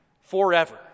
forever